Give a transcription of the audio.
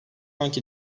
anki